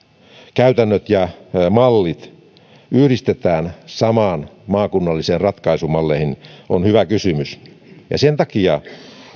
käytännöt ja mallit yhdistetään maakunnallisiin ratkaisumalleihin se on hyvä kysymys sen takia